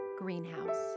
Greenhouse